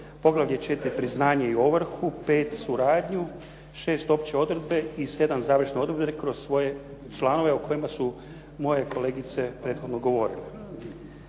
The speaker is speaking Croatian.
poglavlje 4 priznanje i ovrhu, 5 suradnju, 6 opće odredbe i 7 završne odredbe kroz svoje članove o kojima su moje kolegice prethodne govorile.